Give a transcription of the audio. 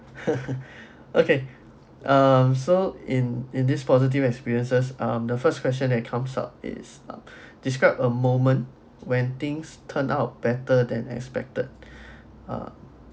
okay um so in in this positive experiences um the first question that comes up is uh describe a moment when things turn out better than expected uh